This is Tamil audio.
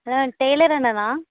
ஆ டெய்லர் அண்ணனா